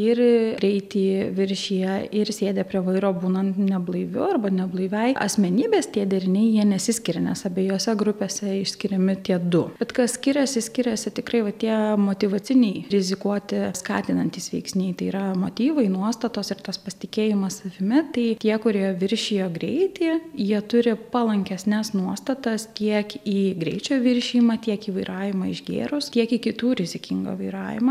ir greitį viršiję ir sėdę prie vairo būnant neblaiviu arba neblaiviai asmenybės tie deriniai jie nesiskiria nes abiejose grupėse išskiriami tie du bet kas skiriasi skiriasi tikrai va tie motyvaciniai rizikuoti skatinantys veiksniai tai yra motyvai nuostatos ir tas pasitikėjimas savimi tai tie kurie viršijo greitį jie turi palankesnes nuostatas tiek į greičio viršijimą tiek į vairavimą išgėrus tiek į kitų rizikingą vairavimą